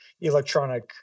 electronic